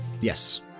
Yes